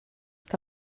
que